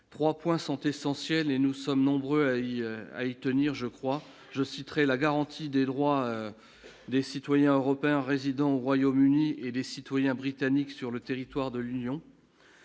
3 points sont essentiels et nous sommes nombreux à y à y tenir, je crois, je citerai la garantie des droits des citoyens européens résidant au Royaume-Uni, et des citoyens britanniques sur le territoire de l'Union.